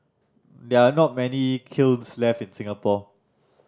there are not many kilns left in Singapore